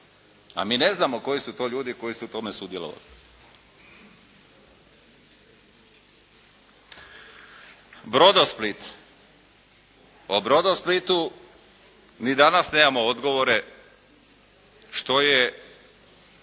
A mi ne znamo koji su to ljudi koji su u tome sudjelovali. "Brodosplit", o "Brodosplitu" ni danas nemamo odgovore što je